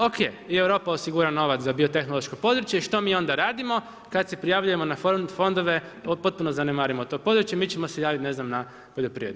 OK i Europa osigura novac za biotehnološko područje i što mi onda radimo kada se prijavljujemo na fondove potpuno zanemarimo to područje, mi ćemo se javiti ne znam na poljoprivredu.